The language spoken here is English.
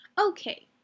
Okay